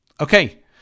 Okay